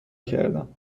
کردم